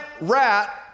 rat